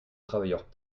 travailleurs